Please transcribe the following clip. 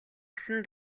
усан